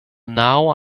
now